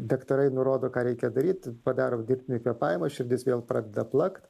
daktarai nurodo ką reikia daryt padarom dirbtinį kvėpavimą širdis vėl pradeda plakt